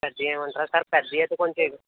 పెద్దవి వేయమంటారా సార్ పెద్దవి అయితే కొంచెం